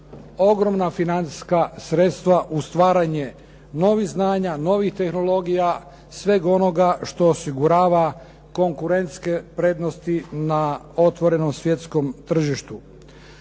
ogromna financijska sredstva u stvaranje novih znanja, novih tehnologija, svega onoga što osigurava konkurentske prednosti na otvorenom svjetskom tržištu.